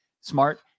smart